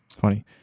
funny